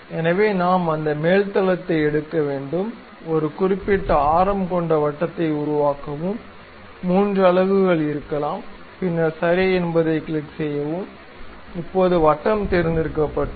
எனவே நாம் அந்த மேல் தளத்தை எடுக்க வேண்டும் ஒரு குறிப்பிட்ட ஆரம் கொண்ட வட்டத்தை உருவாக்கவும் 3 அலகுகள் இருக்கலாம் பின்னர் சரி என்பதைக் கிளிக் செய்யவும் இப்போது வட்டம் தேர்ந்தெடுக்கப்பட்டது